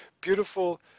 beautiful